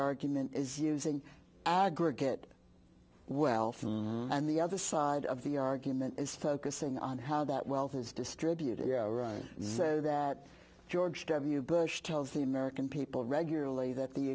argument is using aggregate wealth and the other side of the argument is focusing on how that wealth is distributed say that george w bush tells the american people regularly that the